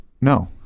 No